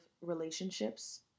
relationships